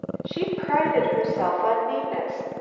she prided herself on neatness.